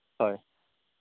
হয়